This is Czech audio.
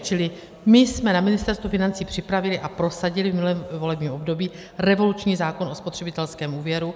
Čili my jsme na Ministerstvu financí připravili a prosadili v minulém volebním období revoluční zákon o spotřebitelském úvěru.